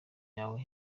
yawe